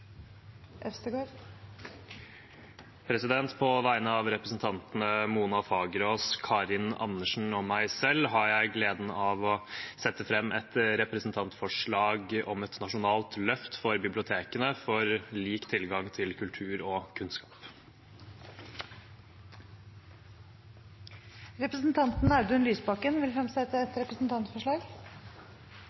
Øvstegård vil fremsette et representantforslag. På vegne av representantene Mona Fagerås, Karin Andersen og meg selv har jeg gleden av å sette fram et representantforslag om et femårig nasjonalt løft for bibliotekene for lik tilgang til kultur og kunnskap. Representanten Audun Lysbakken vil fremsette et representantforslag.